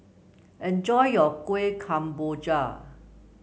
enjoy your Kueh Kemboja